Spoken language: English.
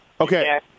Okay